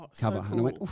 cover